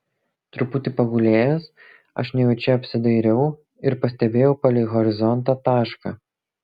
truputį pagulėjęs aš nejučia apsidairiau ir pastebėjau palei horizontą tašką